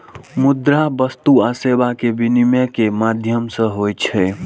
मुद्रा वस्तु आ सेवा के विनिमय के माध्यम होइ छै